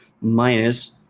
Minus